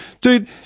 Dude